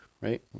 right